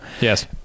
yes